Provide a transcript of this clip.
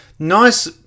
nice